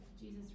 Jesus